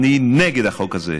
אני נגד החוק הזה.